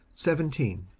seventeen.